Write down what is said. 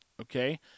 okay